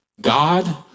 God